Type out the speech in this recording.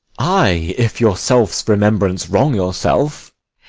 ay, if your self's remembrance wrong yourself.